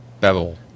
bevel